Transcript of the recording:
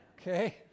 okay